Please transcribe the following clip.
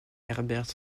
herbert